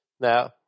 Now